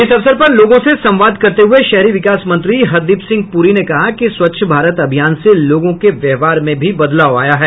इस अवसर पर लोगों से संवाद करते हुए शहरी विकास मंत्री हरदीप सिंह पुरी ने कहा कि स्वच्छ भारत अभियान से लोगों के व्यवहार में भी बदलाव आया है